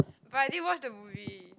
but I did watch the movie